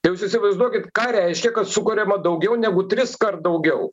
jūs įsivaizduokit ką reiškia kad sukuriama daugiau negu triskart daugiau